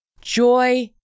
Joy